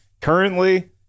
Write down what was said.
currently